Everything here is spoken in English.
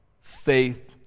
faith